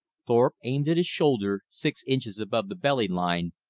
thorpe aimed at his shoulder, six inches above the belly-line,